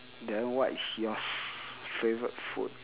then what is yours favourite food